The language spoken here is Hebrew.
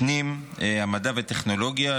הפנים והמדע והטכנולוגיה,